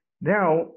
Now